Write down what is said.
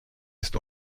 ist